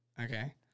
okay